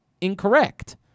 incorrect